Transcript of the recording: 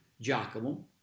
Giacomo